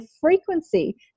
frequency